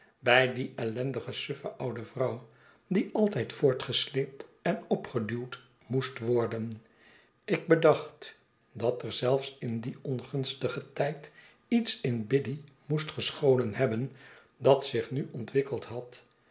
bij die ellendige suffe oud e vrouw die altijd voortgesleept en opgeduwd moest worden ik bedacht dat er zelfs in dien ongunstigen tijd iets in biddy moest gescholen hebben dat zich nu ontwikkeld had